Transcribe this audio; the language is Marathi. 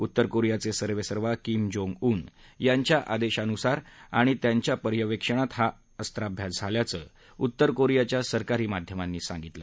उत्तर कोरियाचे सर्वेसर्वा किम जोंग ऊन यांच्या आदेशानुसार आणि त्यांच्या पर्यवेक्षणात हा अखाभ्यास झाल्याचं उत्तर कोरियाच्या सरकारी माध्यमांनी सांगितलं